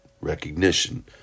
Recognition